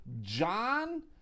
John